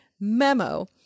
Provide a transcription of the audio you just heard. memo